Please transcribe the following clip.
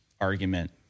argument